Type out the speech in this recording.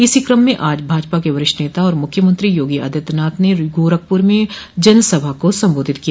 इसी क्रम में आज भाजपा के वरिष्ठ नेता और मुख्यमंत्री योगी आदित्यनाथ ने गोरखपुर में जनसभा को संबोधित किया